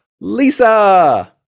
Lisa